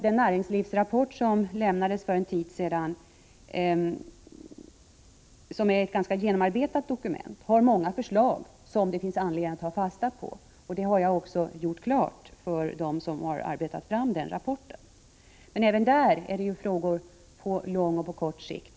Den näringslivsrapport som lämnades för en tid sedan och som är ett ganska genomarbetat dokument innehåller många förslag som det finns anledning att ta fasta på, och det har jag också gjort klart för dem som har arbetat fram denna rapport. Men även där finns frågor både på lång och på kort sikt.